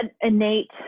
innate